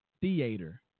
theater